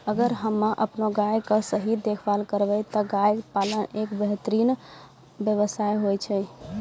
अगर हमॅ आपनो गाय के सही देखभाल करबै त गाय पालन एक बेहतरीन व्यवसाय होय छै